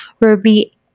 ruby